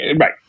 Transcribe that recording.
right